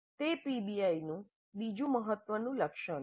તે પીબીઆઈનું બીજું મહત્વનું લક્ષણ છે